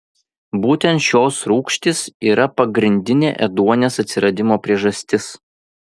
būtent šios rūgštys yra pagrindinė ėduonies atsiradimo priežastis